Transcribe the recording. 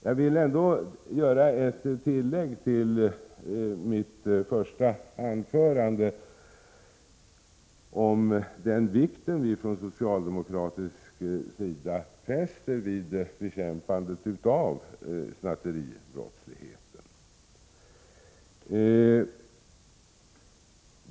Jag vill göra ett tillägg till mitt första anförande, om den vikt vi från socialdemokratisk sida fäster vid bekämpandet av snatteribrottsligheten.